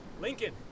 Lincoln